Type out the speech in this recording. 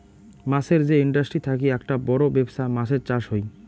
মাছের যে ইন্ডাস্ট্রি থাকি আককটা বড় বেপছা মাছের চাষ হই